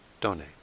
donate